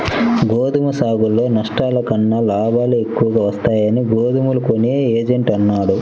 గోధుమ సాగులో నష్టాల కన్నా లాభాలే ఎక్కువగా వస్తాయని గోధుమలు కొనే ఏజెంట్ అన్నాడు